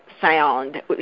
sound